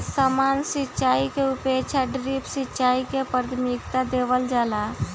सामान्य सिंचाई के अपेक्षा ड्रिप सिंचाई के प्राथमिकता देवल जाला